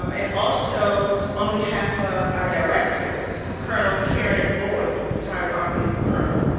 um and also on behalf of our director colonel karen lloyd, retired army colonel,